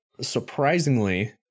Surprisingly